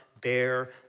bear